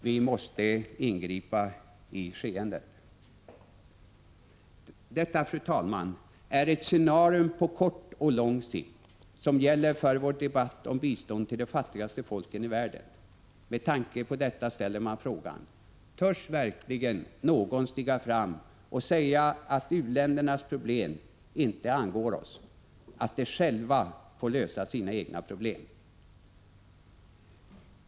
Vi måste ingripa i skeendet. Detta, fru talman, är det scenarium på kort och lång sikt som gäller för vår debatt om bistånd till de fattigaste folken i världen. Med tanke på detta ställer man frågan: Törs verkligen någon stiga fram och säga att u-ländernas problem inte angår oss — att de själva får lösa sina egna problem?